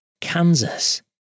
Kansas